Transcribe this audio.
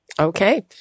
Okay